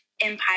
empire